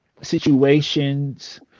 Situations